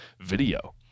video